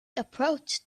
approached